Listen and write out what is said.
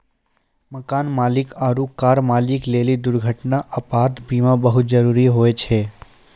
मकान मालिक आरु कार मालिक लेली दुर्घटना, आपात बीमा बहुते जरुरी होय छै